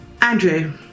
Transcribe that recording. Andrew